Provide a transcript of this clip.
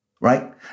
Right